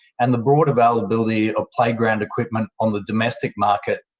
and the broad availability of playground equipment on the domestic market,